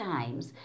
times